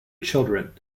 children